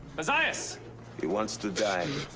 ozias! he wants to die.